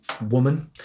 woman